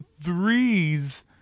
threes